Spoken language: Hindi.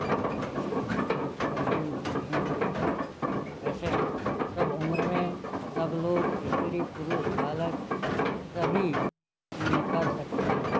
और इसकी तो कोई उम्र ही नहीं होती है वैसे सब उम्र में सब लोग स्त्री पुरुष बालक सभी कर सकते हैं